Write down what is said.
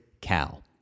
Cow